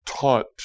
taught